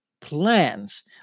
plans